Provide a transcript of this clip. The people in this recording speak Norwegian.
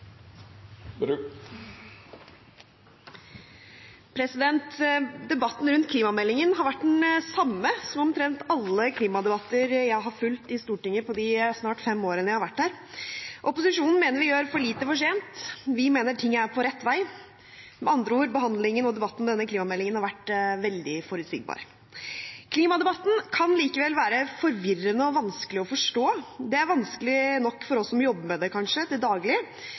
komité. Debatten rundt klimameldingen har vært den samme som omtrent alle klimadebatter jeg har fulgt på Stortinget i de snart fem årene jeg har vært her. Opposisjonen mener vi gjør for lite for sent, vi mener ting er på rett vei. Med andre ord har behandlingen av og debatten om denne klimameldingen vært veldig forutsigbar. Klimadebatten kan likevel være forvirrende og vanskelig å forstå. Den er kanskje vanskelig nok for oss som jobber med det til